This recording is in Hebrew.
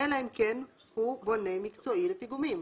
אלא אם כן הוא בונה מקצועי לפיגומים".